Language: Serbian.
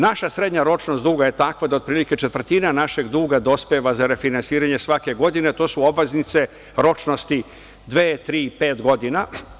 Naša srednja ročnost duga je takva da otprilike četvrtina našeg duga dospeva za refinansiranje svake godine, a to su obaveznice ročnosti dve, tri, pet godina.